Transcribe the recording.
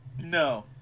No